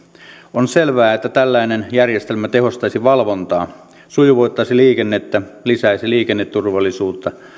on selvää että tällainen järjestelmä tehostaisi valvontaa sujuvoittaisi liikennettä lisäisi liikenneturvallisuutta